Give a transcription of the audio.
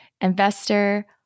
investor